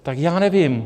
Tak já nevím.